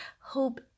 hope